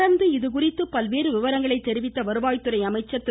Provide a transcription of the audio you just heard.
தொடர்ந்து இதுகுறித்து பல்வேறு விவரங்களை தெரிவித்த வருவாய்த்துறை அமைச்சர் திரு